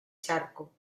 charco